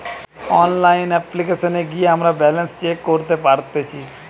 online অপ্লিকেশনে গিয়ে আমরা ব্যালান্স চেক করতে পারতেচ্ছি